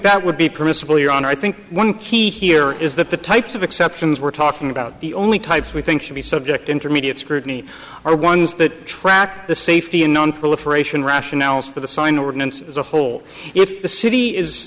that would be permissible your honor i think one key here is that the types of exceptions we're talking about the only types we think should be subject to intermediate scrutiny are ones that track the safety and nonproliferation rationales for the sign ordinance as a whole if the city is